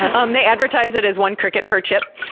um they advertise it as one cricket per chip.